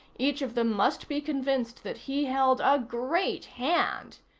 each of them must be convinced that he held a great hand,